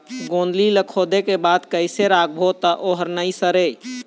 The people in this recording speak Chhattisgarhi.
गोंदली ला खोदे के बाद कइसे राखबो त ओहर नई सरे?